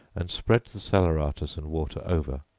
and spread the salaeratus and water over,